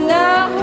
now